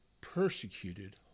persecuted